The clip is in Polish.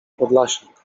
podlasiak